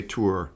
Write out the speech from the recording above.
Tour